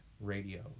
radio